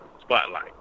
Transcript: spotlight